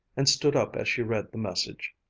and stood up as she read the message,